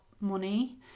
money